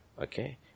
Okay